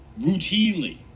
routinely